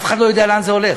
אף אחד לא יודע לאן זה הולך.